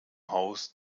haus